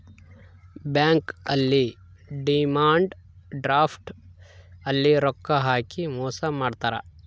bank ಅಲ್ಲಿ demand draft ಅಲ್ಲಿ ರೊಕ್ಕ ಹಾಕಿ ಮೋಸ ಮಾಡ್ತಾರ